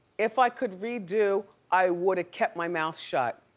if i could redo i woulda kept my mouth shut.